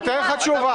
אני נותן לך תשובה.